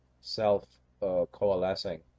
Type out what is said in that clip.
self-coalescing